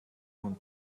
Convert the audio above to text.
хүнд